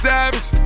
Savage